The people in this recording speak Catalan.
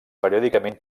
periòdicament